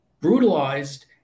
brutalized